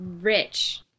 rich